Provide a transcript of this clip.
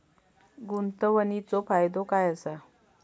गुंतवणीचो फायदो काय असा?